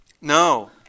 No